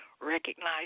recognize